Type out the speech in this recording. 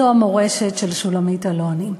זו המורשת של שולמית אלוני.